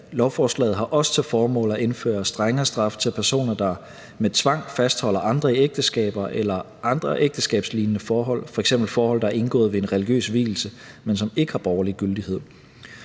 Lovforslaget har også til formål at indføre strengere straffe til personer, der med tvang fastholder andre i ægteskaber eller andre ægteskabslignende forhold, f.eks. forhold, der er indgået ved en religiøs vielse, men som ikke har borgerlig gyldighed.